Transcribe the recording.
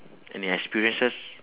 any experiences